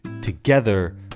Together